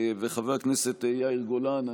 חבר הכנסת יאיר גולן,